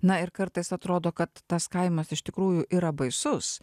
na ir kartais atrodo kad tas kaimas iš tikrųjų yra baisus